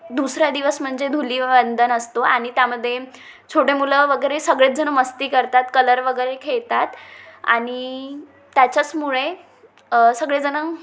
दुसरा दिवस म्हणजे धुलिवंदन असतो आणि त्यामध्ये छोटे मुलं वगैरे सगळेच जणं मस्ती करतात कलर वगैरे खेळतात आणि त्याच्याचमुळे सगळेजणं